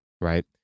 right